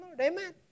Amen